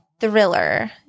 thriller